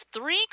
three